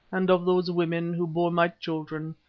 and of those women who bore my children.